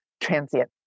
transient